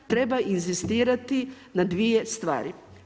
Treba inzistirati na dvije stvari.